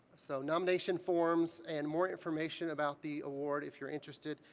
so nomination forms and more information about the award, if you're interested,